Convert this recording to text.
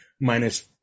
minus